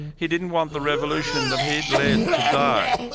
he didn't want the revolution that he'd led to die.